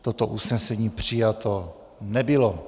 Toto usnesení přijato nebylo.